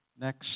next